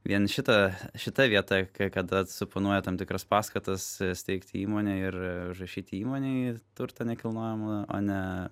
vien šita šita vieta kai kada suponuoja tam tikras paskatas steigti įmonę ir užrašyti įmonei turtą nekilnojamą o ne